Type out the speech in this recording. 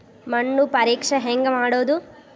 ಮಣ್ಣು ಪರೇಕ್ಷೆ ಹೆಂಗ್ ಮಾಡೋದು?